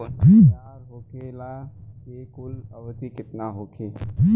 तैयार होखे के कुल अवधि केतना होखे?